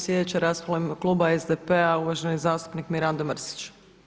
Sljedeća rasprava u ime kluba SPD-a je uvaženi zastupnik Mirando Mrsić.